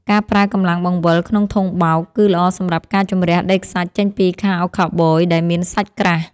ការប្រើកម្លាំងបង្វិលក្នុងធុងបោក គឺល្អសម្រាប់ការជម្រះដីខ្សាច់ចេញពីខោខូវប៊យដែលមានសាច់ក្រាស់។